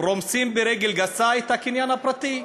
רומסים ברגל גסה את הקניין הפרטי?